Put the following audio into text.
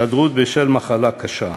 (היעדרות בשל מחלה קשה),